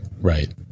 right